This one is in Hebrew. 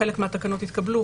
חלק מהתקנות התקבלו,